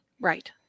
Right